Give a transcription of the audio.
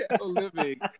living